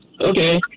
Okay